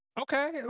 Okay